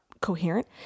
coherent